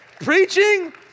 Preaching